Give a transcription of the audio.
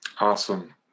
Awesome